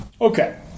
Okay